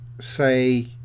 say